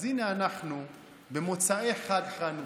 אז הינה אנחנו במוצאי חג החנוכה,